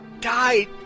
died